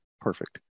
Perfect